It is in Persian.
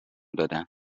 دادند